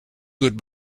good